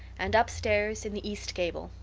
and up-stairs, in the east gable,